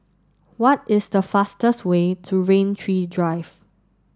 what is the fastest way to Rain Tree Drive